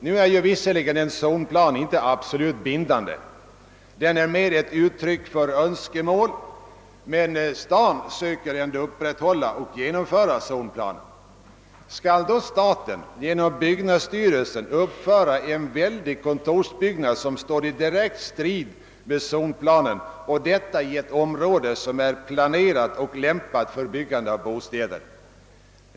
Nu är visserligen en zonplan inte absolut bindande. Den är mera ett uttryck för önskemål, men staden söker ändå upprätthålla och genomföra zonplanen. Skall då staten genom byggnadsstyrelsen uppföra en väldig kontorsbyggnad, som står i direkt strid med zonplanen och detta i ett område som är planerat och lämpat för byggande av bostäder?